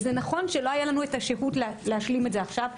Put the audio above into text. זה נכון שלא היה לנו את השהות להשלים את זה עכשיו,